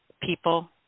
people